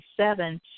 1997